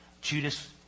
Judas